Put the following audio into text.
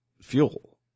fuel